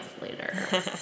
later